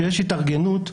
כשיש התארגנות,